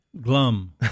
Glum